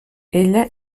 ella